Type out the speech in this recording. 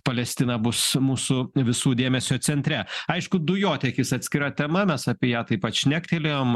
palestina bus mūsų visų dėmesio centre aišku dujotiekis atskira tema mes apie ją taip pat šnektelėjom